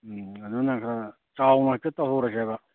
ꯎꯝ ꯑꯗꯨꯅ ꯈꯔ ꯆꯥꯎꯅ ꯍꯦꯛꯇ ꯇꯧꯍꯧꯔꯁꯦꯕ